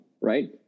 right